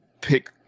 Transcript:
pick